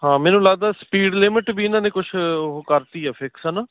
ਹਾਂ ਮੈਨੂੰ ਲੱਗਦਾ ਸਪੀਡ ਲਿਮਿਟ ਵੀ ਇਹਨਾਂ ਨੇ ਕੁਛ ਉਹ ਕਰਤੀ ਆ ਫਿਕਸ ਹੈ ਨਾ